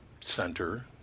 Center